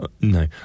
No